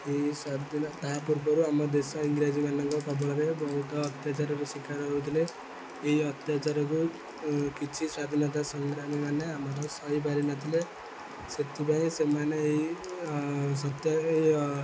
ଏହି ସ୍ୱାଧୀନତା ପୂର୍ବରୁ ଆମ ଦେଶ ଇଂରାଜୀମାନଙ୍କ କବଳରେ ବହୁତ ଅତ୍ୟାଚାରର ଶିକାର ହଉଥିଲେ ଏହି ଅତ୍ୟାଚାରକୁ କିଛି ସ୍ୱାଧୀନତା ସଂଗ୍ରାମୀମାନେ ଆମର ସହିପାରିନଥିଲେ ସେଥିପାଇଁ ସେମାନେ ଏହି ସତ୍ୟ ଏ ଯୋ